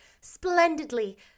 Splendidly